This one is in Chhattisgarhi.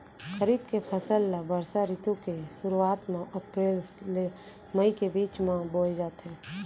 खरीफ के फसल ला बरसा रितु के सुरुवात मा अप्रेल ले मई के बीच मा बोए जाथे